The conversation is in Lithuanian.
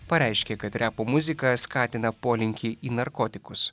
pareiškė kad repo muzika skatina polinkį į narkotikus